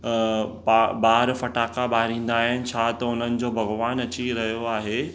ब ॿार फटाका बारिंदा आहिनि छा त हुननि जो भॻिवानु अची रहियो आहे